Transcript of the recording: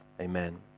Amen